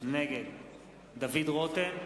נגד דוד רותם,